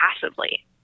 passively